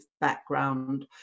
background